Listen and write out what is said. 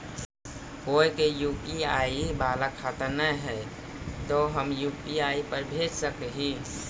कोय के यु.पी.आई बाला खाता न है तो हम यु.पी.आई पर भेज सक ही?